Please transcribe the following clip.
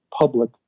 public